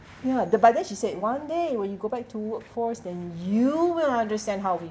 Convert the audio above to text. ya the but then she said one day when you go back to workforce than you will understand how we